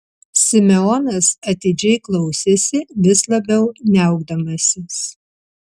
simeonas atidžiai klausėsi vis labiau niaukdamasis